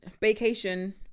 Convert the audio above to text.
Vacation